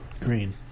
Green